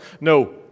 No